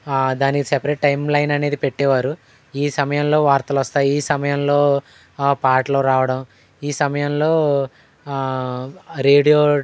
దానికి separate timeline అనేది పెట్టేవారు ఈ సమయంలో వార్తలు వస్తాయి ఈ సమయంలో పాటలు రావడం ఈ సమయంలో రేడియో